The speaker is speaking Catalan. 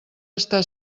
està